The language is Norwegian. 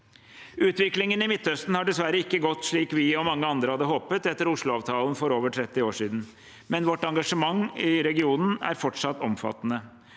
Utviklingen i Midtøsten har dessverre ikke gått slik vi og mange andre hadde håpet etter Oslo-avtalen for over 30 år siden, men vårt engasjement i regionen er fortsatt omfattende.